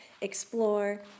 explore